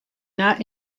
not